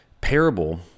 parable